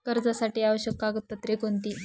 कर्जासाठी आवश्यक कागदपत्रे कोणती?